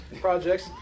projects